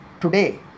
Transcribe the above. today